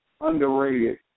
underrated